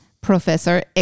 professor